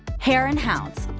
hare and hounds.